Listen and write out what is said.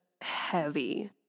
heavy